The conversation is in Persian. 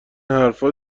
حرفا